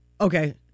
Okay